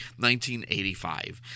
1985